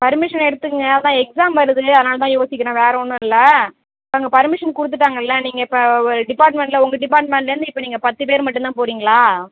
permission எடுத்துக்கோங்க அதுதான் exam வருகிறது அதனால் தான் யோசிக்கிறேன் வேறு ஒன்றும் இல்லை அங்கே பர்மிஷன் கொடுத்துட்டாங்கல்ல நீங்கள் இப்போ டிபார்ட்மென்ட்டில் உங்கள் டிபார்ட்மென்ட்லிருந்து இப்போ நீங்கள் பத்துப் பேர் மட்டும்தான் போகிறீங்களா